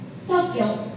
Self-guilt